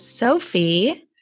Sophie